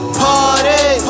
party